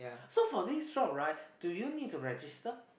so for this job right do you need to register